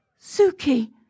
Suki